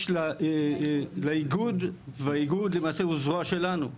יש לה, לאיגוד, האיגוד הוא למעשה זרוע שלנו.